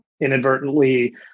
inadvertently